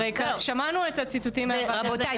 הרי שמענו את הציטוטים --- רבותיי,